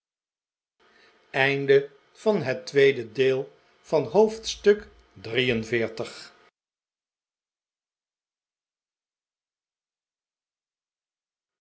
gezichtspunten van het noorden van het